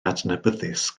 adnabyddus